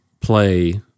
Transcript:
play